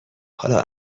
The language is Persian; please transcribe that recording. حالا